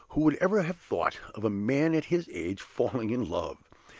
who would ever have thought of a man at his age falling in love?